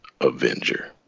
Avenger